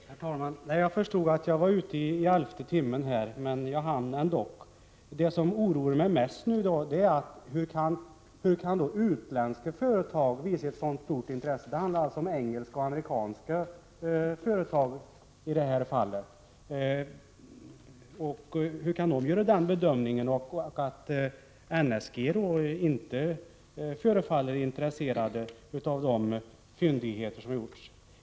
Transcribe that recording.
Herr talman! Jag förstod att jag var ute i elfte timmen, men jag hann ändock. Det som oroar mig mest är hur det kan komma sig att utländska företag visar ett så stort intresse. Det handlar här om engelska och amerikanska företag. Hur kan de göra sådana bedömningar medan NSG inte förefaller intresserat av de fyndigheter som har gjorts?